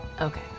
Okay